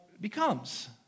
becomes